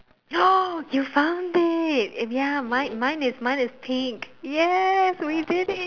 you found it ya mine mine is mine is pink yes we did it